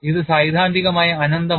ഇത് സൈദ്ധാന്തികമായി അനന്തമല്ല